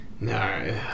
No